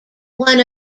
one